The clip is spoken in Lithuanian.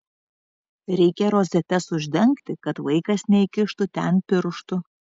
reikia rozetes uždengti kad vaikas neįkištų ten pirštų